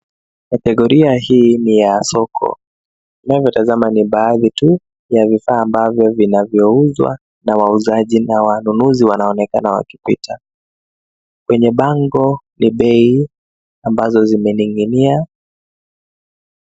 Kategoria hii ni ya soko. Tunavyotazama ni baadhi tu ya vifaa ambavyo vinavyouzwa na wauzaji na wanunuzi wanaonekana wakipita. Kwenye bango ni bei ambazo zimening'inia.